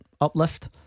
uplift